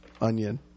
Onion